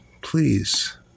please